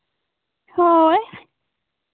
ᱦᱳᱭ